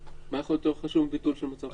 מה יכול להיות יותר חשוב מביטול של מצב חירום?